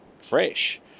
fresh